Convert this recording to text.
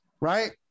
Right